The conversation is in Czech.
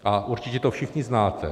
A určitě to všichni znáte.